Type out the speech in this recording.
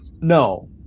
no